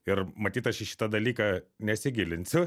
ir matyt aš į šitą dalyką nesigilinsiu